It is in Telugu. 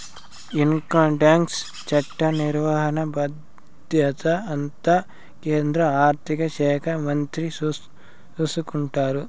ఇన్కంటాక్స్ చట్ట నిర్వహణ బాధ్యత అంతా కేంద్ర ఆర్థిక శాఖ మంత్రి చూసుకుంటారు